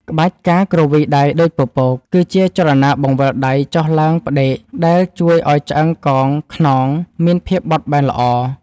ក្បាច់ ការគ្រវីដៃដូចពពក គឺជាចលនាបង្វិលដៃចុះឡើងផ្ដេក ដែលជួយឱ្យឆ្អឹងកងខ្នងមានភាពបត់បែនល្អ។